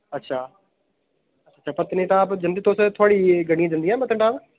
अच्छा ते पत्नीटाप जंदे तुस थुआढ़ियां गड्डियां जन्दियां पत्नीटाप